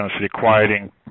requiring